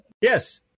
Yes